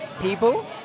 people